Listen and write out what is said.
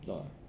不懂 ah